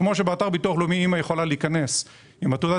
כפי שבאתר הביטוח הלאומי אימא יכולה להיכנס עם תעודת